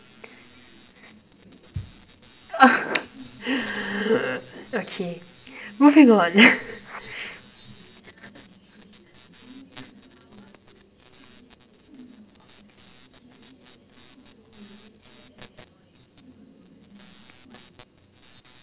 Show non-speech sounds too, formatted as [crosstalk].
[laughs] okay moving on